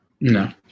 No